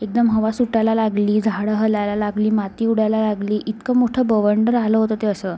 एकदम हवा सुटायला लागली झाडं हलायला लागली माती उडायला लागली इतकं मोठं बवंडर आलं होतं ते असं